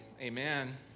amen